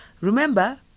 Remember